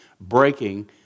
breaking